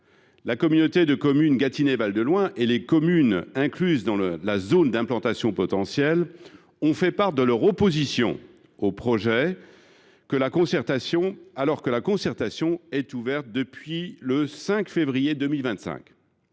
La communauté de communes Gâtinais Val de Loing et les communes incluses dans la zone d’implantation potentielle (ZIP) ont fait part de leur opposition au projet, alors que la concertation est ouverte depuis le 5 février 2025.